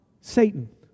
Satan